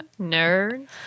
nerds